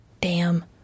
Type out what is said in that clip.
Damn